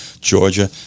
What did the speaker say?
Georgia